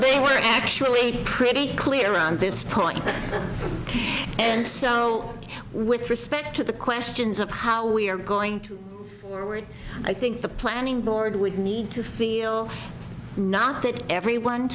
they were actually pretty clear on this point and so with respect to the questions of how we are going to i think the planning board would need to feel not that everyone